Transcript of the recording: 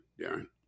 Darren